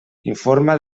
informa